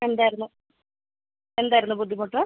എന്തായിരുന്നു എന്തായിരുന്നു ബുദ്ധിമുട്ട്